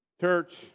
church